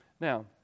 Now